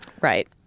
Right